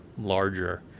larger